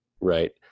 right